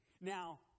Now